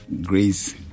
Grace